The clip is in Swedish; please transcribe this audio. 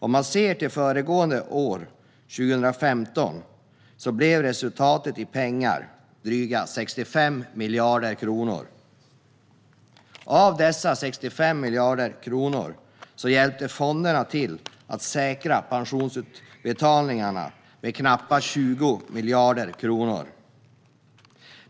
Förra året, alltså 2015, blev resultatet i pengar dryga 65 miljarder kronor. Av dessa 65 miljarder kronor hjälpte fonderna till att säkra pensionsutbetalningarna med knappa 20 miljarder kronor.